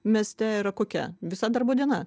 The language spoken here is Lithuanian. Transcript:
mieste yra kokia visa darbo diena